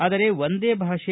ಆದರೆ ಒಂದೇ ಭಾಷೆ